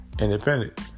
independent